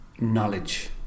knowledge